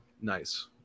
Nice